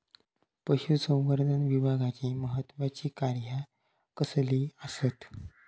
पशुसंवर्धन विभागाची महत्त्वाची कार्या कसली आसत?